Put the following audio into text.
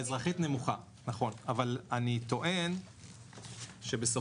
כן, אבל אם אני מסתכל על